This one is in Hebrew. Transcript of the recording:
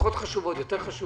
פחות חשובות, יותר חשובות.